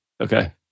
Okay